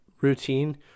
routine